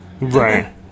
right